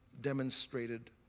demonstrated